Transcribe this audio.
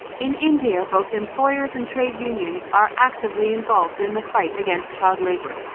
in india both employers and trade unions are actively involved in the fight against child labour,